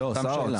סתם שאלה.